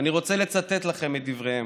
אני רוצה לצטט לכם את דבריהם: